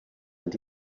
and